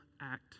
act